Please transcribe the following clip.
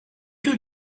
who